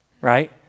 right